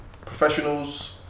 professionals